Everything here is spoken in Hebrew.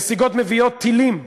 נסיגות מביאות טילים,